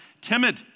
timid